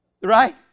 Right